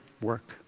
work